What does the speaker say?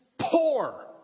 poor